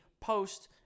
post